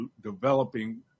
developing